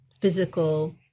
physical